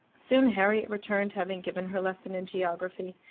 soon harriet returned, having given her lesson in geography.